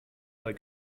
bei